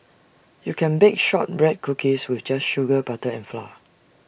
you can bake Shortbread Cookies with just sugar butter and flour